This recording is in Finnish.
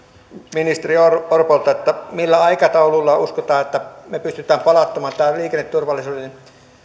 ministeri orpolta millä aikataululla uskotaan että me pystymme palauttamaan tämän liikenneturvallisuuden